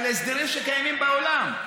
על הסדרים שקיימים בעולם.